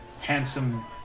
handsome